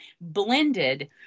blended